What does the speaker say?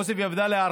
עוספיא ודאליה,